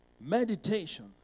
meditation